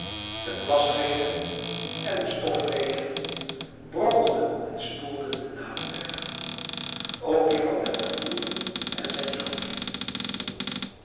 de plasregen en de stofregen brokkelden en spoelden de namen weg ook die van den tamboer en zijn zoontje